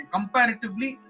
Comparatively